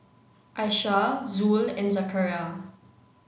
Aisyah Zul and Zakaria